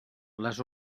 les